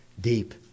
deep